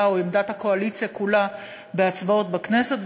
או את עמדת הקואליציה כולה בהצבעות בכנסת.